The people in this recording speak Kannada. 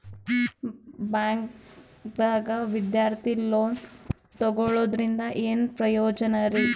ಬ್ಯಾಂಕ್ದಾಗ ವಿದ್ಯಾರ್ಥಿ ಲೋನ್ ತೊಗೊಳದ್ರಿಂದ ಏನ್ ಪ್ರಯೋಜನ ರಿ?